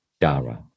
Dara